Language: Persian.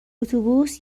اتوبوس